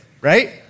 right